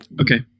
okay